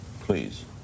please